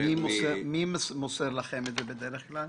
מי מוסר לכם את זה בדרך כלל?